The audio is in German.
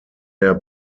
der